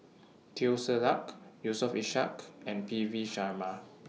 Teo Ser Luck Yusof Ishak and P V Sharma